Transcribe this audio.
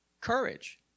Courage